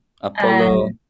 Apollo